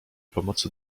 pomocy